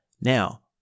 Now